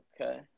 Okay